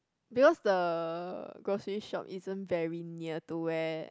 because the grocery shop isn't very near to where